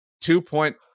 two-point